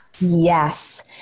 Yes